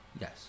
Yes